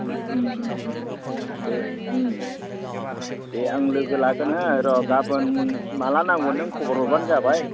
दे दे आं लोगो लागोन हा र' गाबोन माला नांगौ नों खबर हरब्लानो जाबाय